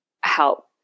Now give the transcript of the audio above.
help